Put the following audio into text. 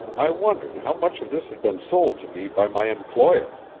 i wondered how much of this had been sold to me by my employer.